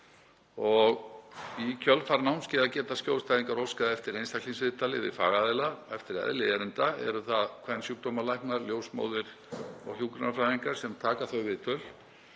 Í kjölfar námskeiða geta skjólstæðingar óskað eftir einstaklingsviðtali við fagaðila og eftir eðli erinda eru það kvensjúkdómalæknar, ljósmóðir og hjúkrunarfræðingar sem taka þau viðtöl.